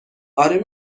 آره